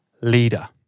leader